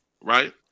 right